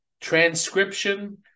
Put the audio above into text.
transcription